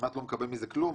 כמעט לא מקבל מזה כלום.